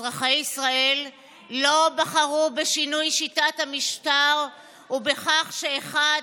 אזרחי ישראל לא בחרו בשינוי שיטת המשטר ובכך שאחד,